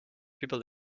people